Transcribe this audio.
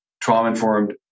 trauma-informed